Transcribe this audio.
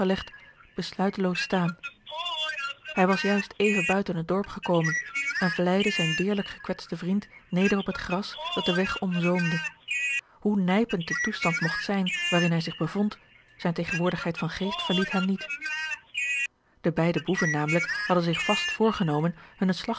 besluiteloos staan hij was juist even buiten het dorp gekomen en vlijde zijn deerlijk gekwetsten vriend neder op het gras dat den weg omzoomde hoe nijpend de toestand mogt zijn waarin hij zich bevond zijne tegenwoordigheid van geest verliet hem niet george een ongeluksvogel de beide boeven namelijk hadden zich vast voorgenomen